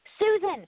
Susan